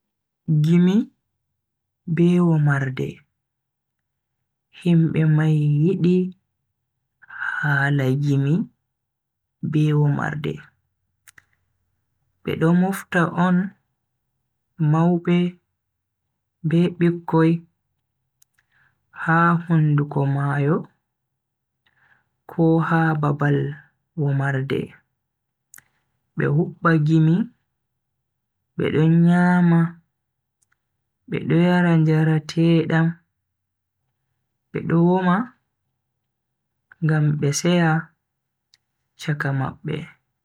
Gimi be womarde. Himbe mai yidi hala gimi be womarde. Be do mofta on maube be bikkoi ha hunduko mayo ko ha babal womarde, be hubba gimi be do nyama be do yara njarateedam be do woma ngam be seya chaka mabbe.